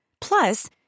Plus